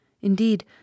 Indeed